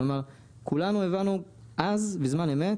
כלומר, כולנו הבנו אז, בזמן אמת